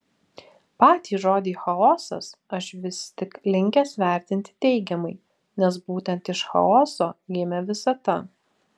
patį žodį chaosas aš vis tik linkęs vertinti teigiamai nes būtent iš chaoso gimė visata